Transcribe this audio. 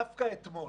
דווקא אתמול,